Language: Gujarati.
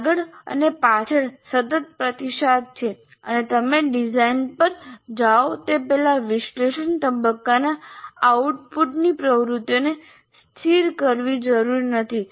આગળ અને પાછળ સતત પ્રતિસાદ છે અને તમે ડિઝાઇન પર જાઓ તે પહેલાં વિશ્લેષણ તબક્કાના આઉટપુટની પ્રવૃત્તિઓને સ્થિર કરવી જરૂરી નથી